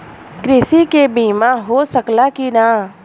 कृषि के बिमा हो सकला की ना?